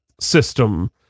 system